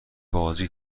بازی